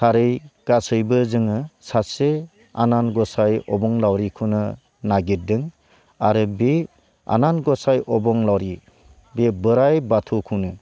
थारै गासैबो जोङो सासे अनानगसाय अबंलावरिखौनो नागिरदों आरो बे अनानगसाय अबंलावरि बे बोराइ बाथौखौनो